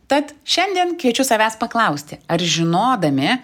tad šiandien kviečiu savęs paklausti ar žinodami